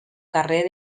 carrer